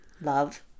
Love